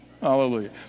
Hallelujah